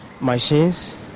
machines